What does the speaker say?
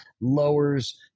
lowers